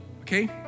okay